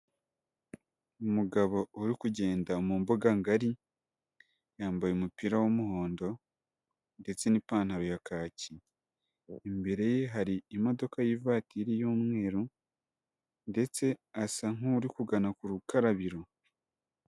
Umugabo uri kugenda mu mbuga ngari, yambaye umupira w'umuhondo ndetse n'ipantaro ya kaki, imbere ye hari imodoka y'ivatiri y'umweru ndetse asa nk'uri kugana ku rukarabiro.